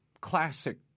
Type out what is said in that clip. classic